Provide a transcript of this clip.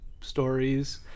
stories